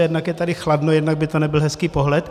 Jednak je tady chladno, jednak by to nebyl hezký pohled.